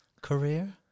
career